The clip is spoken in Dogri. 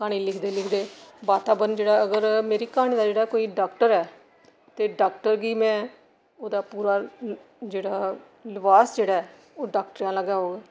क्हानी लिखदे लिखदे वातावरण जेह्ड़ा ऐ अगर मेरी क्हानी दा जेह्ड़ा कोई डाक्टर ऐ ते डाक्टर गी में ओह्दा पूरा जेह्ड़ा लबास जेह्ड़ा ऐ ओह् डाक्टरे आह्ला गै होग